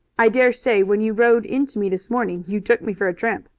i dare say when you rode into me this morning you took me for a tramp.